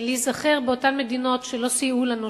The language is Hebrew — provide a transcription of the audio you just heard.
להיזכר באותן מדינות שלא סייעו לנו,